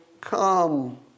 come